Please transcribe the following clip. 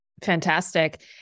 Fantastic